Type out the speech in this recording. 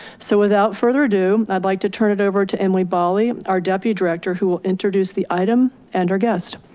so without further ado, i'd like to turn it over to emily balli our deputy director who will introduce the item and our guest.